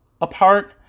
apart